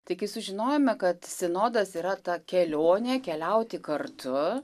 taigi sužinojome kad sinodas yra ta kelionė keliauti kartu